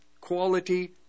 quality